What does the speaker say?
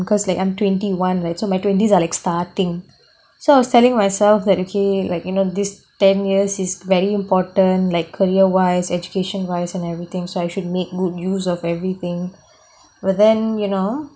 because like I'm twenty one right so like my twenties are starting so I was telling myself that okay like you know this ten years is very important like career wise education wise and everything so I should make good use of everything but then you know